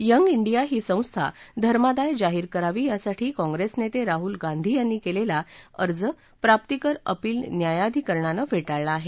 young India ही संस्था धर्मादाय जाहीर करावी यासाठी काँग्रेस नेते राहूल गांधी यांनी केलेला अर्ज प्राप्तिकर अपील न्यायाधिकरणानं फेटाळला आहे